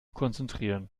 konzentrieren